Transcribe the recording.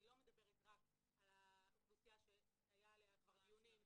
לא מדברת רק על האוכלוסייה שהיו עליה כבר דיונים,